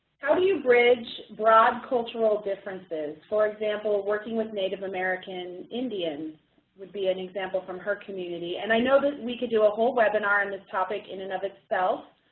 how do you bridge broad cultural differences, for example, working with native american indians would be an example from her community. and i know that we could do a whole webinar on and this topic in and of itself,